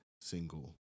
single